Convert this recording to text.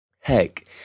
Heck